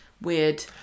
Weird